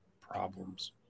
problems